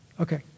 Okay